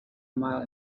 mile